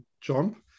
jump